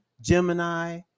Gemini